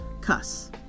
cuss